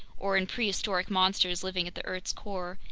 or in prehistoric monsters living at the earth's core,